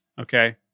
okay